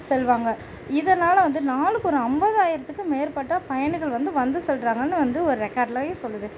செல்வாங்க இதனால் வந்து நாளுக்கொரு ஐம்பதாயிரத்துக்கும் மேற்பட்ட பயணிகள் வந்து வந்து செல்கிறாங்கன்னு வந்து ஒரு ரெகார்ட்லேயும் சொல்லுது